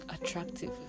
attractive